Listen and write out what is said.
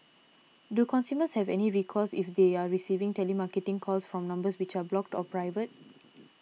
do consumers have any recourse if they are receiving telemarketing calls from numbers which are blocked or private